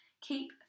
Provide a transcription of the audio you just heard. Keep